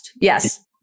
Yes